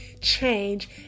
change